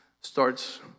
starts